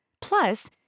Plus